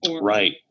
Right